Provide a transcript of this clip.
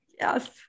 Yes